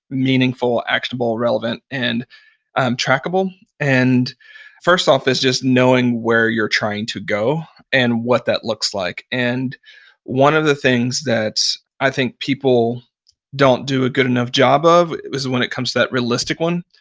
meaningful, actionable, relevant and and trackable. and first off is just knowing where you're trying to go and what that looks like. and one of the things that i think people don't do a good enough job of is when it comes to that realistic one,